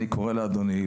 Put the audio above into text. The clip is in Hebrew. ואני קורא לאדוני,